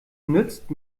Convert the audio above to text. nützt